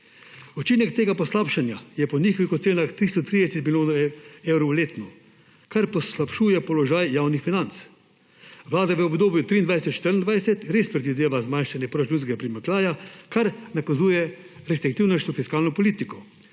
Učinek tega poslabšanja je po njihovih ocenah 330 milijonov evrov letno, kar poslabšuje položaj javnih financ. Vlada v obdobju 2023–2024 res predvideva zmanjšanje proračunskega primanjkljaja, kar nakazuje restriktivnejšo fiskalno politiko,